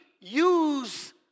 use